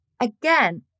again